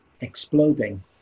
exploding